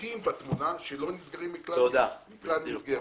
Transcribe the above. פריטים בתמונה, שלא נסגרים לכלל מסגרת.